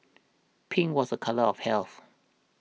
pink was a colour of health